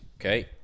Okay